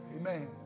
Amen